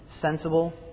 sensible